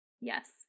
Yes